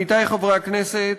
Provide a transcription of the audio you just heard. עמיתי חברי הכנסת,